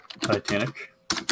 Titanic